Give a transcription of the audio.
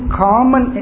common